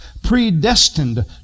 predestined